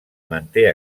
manté